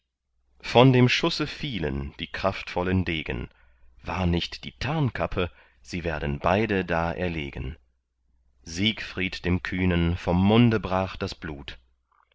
von dem schusse fielen die kraftvollen degen war nicht die tarnkappe sie wären beide da erlegen siegfried dem kühnen vom munde brach das blut